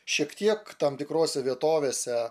šiek tiek tam tikrose vietovėse